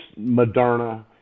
Moderna